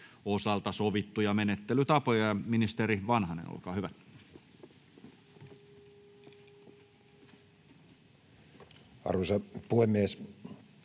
osalta sovittuja menettelytapoja. — Ministeri Vanhanen, olkaa hyvä. [Speech